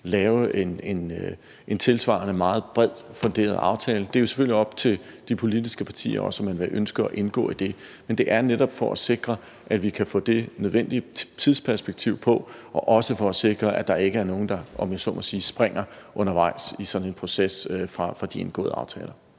lave en tilsvarende meget bredt funderet aftale. Det er jo selvfølgelig også op til de politiske partier, om de ønsker at indgå i det, men det er netop for at sikre, at vi kan få det nødvendige tidsperspektiv, og også for at sikre, at der ikke er nogen, der, om jeg så må sige, undervejs i sådan en proces springer fra de indgåede aftaler.